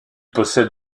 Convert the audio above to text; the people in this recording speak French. possède